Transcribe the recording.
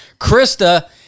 Krista